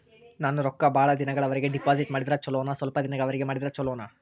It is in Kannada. ನಾನು ರೊಕ್ಕ ಬಹಳ ದಿನಗಳವರೆಗೆ ಡಿಪಾಜಿಟ್ ಮಾಡಿದ್ರ ಚೊಲೋನ ಸ್ವಲ್ಪ ದಿನಗಳವರೆಗೆ ಮಾಡಿದ್ರಾ ಚೊಲೋನ?